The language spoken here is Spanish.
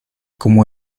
como